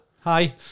Hi